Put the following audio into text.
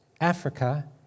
Africa